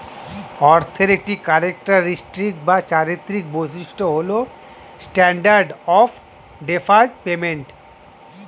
অর্থের একটি ক্যারেক্টারিস্টিক বা চারিত্রিক বৈশিষ্ট্য হল স্ট্যান্ডার্ড অফ ডেফার্ড পেমেন্ট